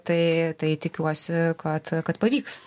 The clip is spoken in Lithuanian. tai tai tikiuosi kad kad pavyks